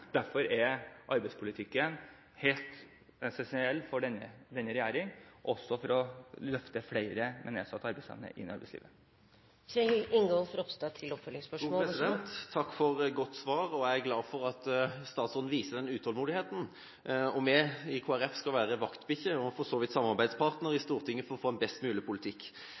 Derfor er arbeidspolitikken helt essensiell for denne regjeringen – også for å løfte flere med nedsatt arbeidsevne inn i arbeidslivet. Takk for godt svar. Jeg er glad for at statsråden viser denne utålmodigheten. Vi i Kristelig Folkeparti skal være vaktbikkjer – og for så vidt samarbeidspartnere – i Stortinget for å få en best mulig politikk.